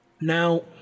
Now